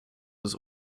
was